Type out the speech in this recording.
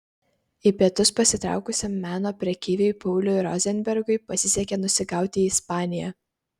į pietus pasitraukusiam meno prekeiviui pauliui rozenbergui pasisekė nusigauti į ispaniją